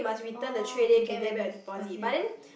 oh to get back this what's this